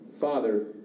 father